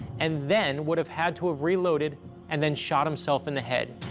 and then would have had to have reloaded and then shot himself in the head.